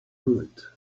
good